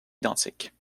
identiques